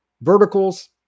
Verticals